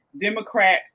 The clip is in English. Democrat